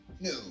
No